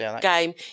game